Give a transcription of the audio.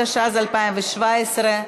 התשע"ז 2017,